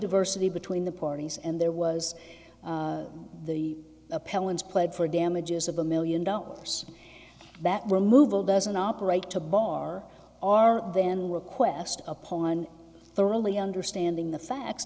diversity between the parties and there was the appellant's played for damages of a million dollars that removal doesn't operate to bar our then request upon thoroughly understanding the facts